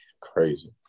crazy